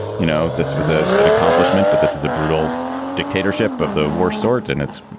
you know, this was a an accomplishment, but this is a brutal dictatorship of the worst sort. and it's,